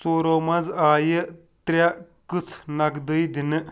ژورَو منٛز آیہِ تر٘ےٚ كٕژھ نقدٕے دِنہٕ